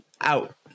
Out